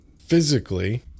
physically